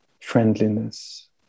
friendliness